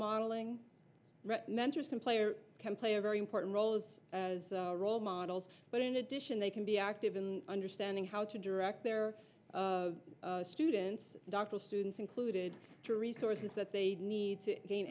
player can play a very important role as role models but in addition they can be active in understanding how to direct their students doctoral students included to resources that they need to gain